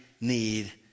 need